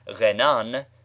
renan